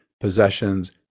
possessions